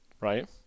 right